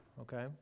okay